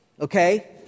okay